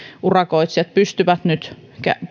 urakoitsijat pystyvät nyt